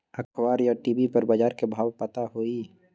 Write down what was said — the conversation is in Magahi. अखबार या टी.वी पर बजार के भाव पता होई?